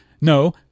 No